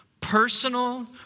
personal